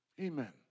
Amen